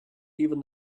even